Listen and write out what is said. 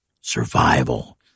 Survival